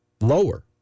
lower